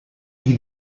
gli